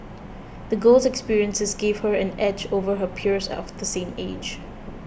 the girl's experiences gave her an edge over her peers of the same age